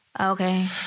Okay